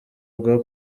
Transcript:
bwa